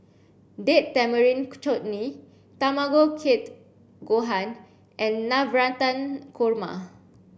Date Tamarind Chutney Tamago Kake Gohan and Navratan Korma